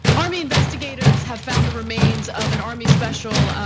army investigators have found the remains of an army special,